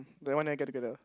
then why never get together